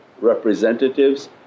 representatives